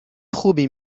خوبی